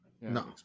No